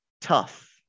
tough